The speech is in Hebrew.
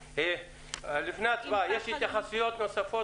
לפני ההצבעה, האם יש התייחסויות נוספות